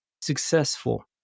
successful